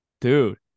dude